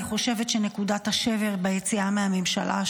אני חושבת שנקודת השבר ביציאה מהממשלה,